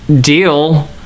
deal